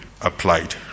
applied